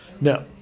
now